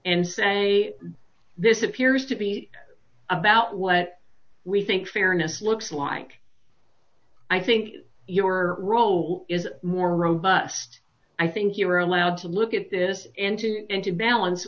and say this appears to be about what we think fairness looks like i think your role is more robust i think you're allowed to look at this entity and to balance